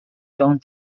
john